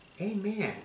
Amen